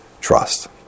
Trust